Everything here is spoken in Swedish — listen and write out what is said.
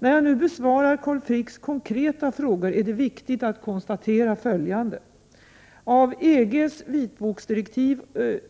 När jag nu besvarar Carl Fricks konkreta frågor är det viktigt att konstatera följande: - Av EG:s vitboksdirektiv